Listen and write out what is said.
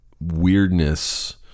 weirdness